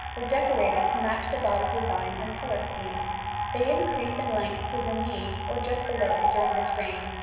were decorated to match the body design and colour schemes they increased in length to the knee, or just below, during this reign,